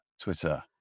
Twitter